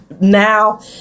now